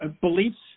beliefs